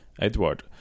Edward